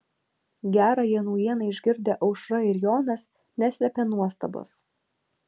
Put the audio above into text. gerąją naujieną išgirdę aušra ir jonas neslėpė nuostabos